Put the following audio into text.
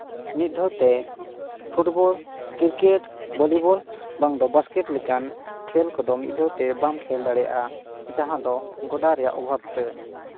ᱢᱤᱫ ᱫᱷᱟᱹᱣ ᱛᱮ ᱯᱷᱩᱴᱵᱚᱞ ᱠᱨᱤᱠᱮᱴ ᱵᱷᱚᱞᱤᱵᱚᱞ ᱵᱟᱝ ᱫᱚ ᱵᱟᱥᱠᱮᱹᱴ ᱞᱮᱠᱟᱱ ᱠᱷᱮᱹᱞ ᱠᱚᱫᱚ ᱢᱤᱫ ᱫᱷᱟᱹᱣ ᱛᱮ ᱵᱟᱢ ᱠᱷᱮᱹᱞ ᱫᱟᱲᱮᱭᱟᱜᱼᱟ ᱡᱟᱦᱟᱸ ᱫᱚ ᱜᱚᱰᱟ ᱨᱮᱭᱟᱜ ᱚᱵᱷᱟᱵᱽ ᱛᱮ